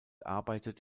arbeitet